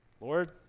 Lord